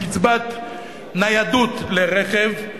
מקצבת ניידות לרכב,